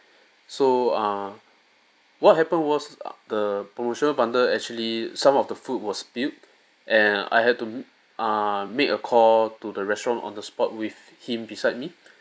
so uh what happened was the promotional bundle actually some of the food was spilt and I had to m~ ah make a call to the restaurant on the spot with him beside me